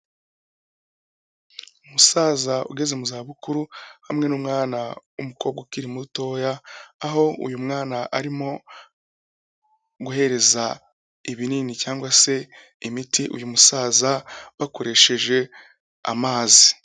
Umusaza ugeze mu za bukuru hamwe n'umwana w'umukobwa ukiri mutoya. Aho uyu mwana arimo guhereza ibinini cyangwa se imiti uyu musaza bakoresheje amazi.